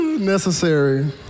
Necessary